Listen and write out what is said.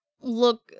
look